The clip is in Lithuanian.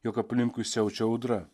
jog aplinkui siaučia audra